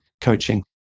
coaching